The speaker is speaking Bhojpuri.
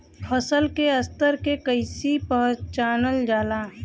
फसल के स्तर के कइसी पहचानल जाला